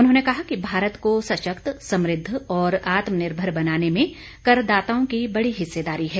उन्होंने कहा कि भारत को सशक्त समृद्व और आत्मनिर्भर बनाने में करदाताओं की बड़ी हिस्सेदारी है